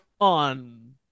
on